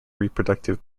reproductive